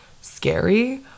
scary